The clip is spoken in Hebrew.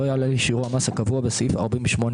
לא יעלה על שיעור המס הקבוע בסעיף 48א(ב)(1)".